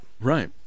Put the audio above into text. right